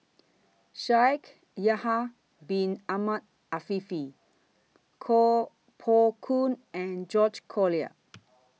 Shaikh Yahya Bin Ahmed Afifi Koh Poh Koon and George Collyer